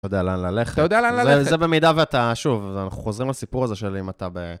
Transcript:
אתה יודע לאן ללכת. אתה יודע לאן ללכת. זה במידה ואתה, שוב, אנחנו חוזרים לסיפור הזה של אם אתה ב...